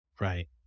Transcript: Right